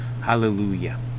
Hallelujah